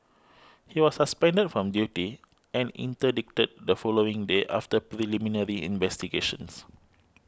he was suspended from duty and interdicted the following day after preliminary investigations